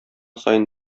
саен